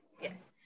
Yes